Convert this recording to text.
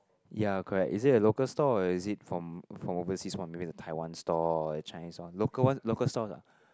ya correct is it a local store or is it from from overseas one maybe like Taiwan store or Chinese one local one local stores ah